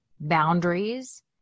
Boundaries